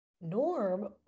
Norm